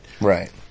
right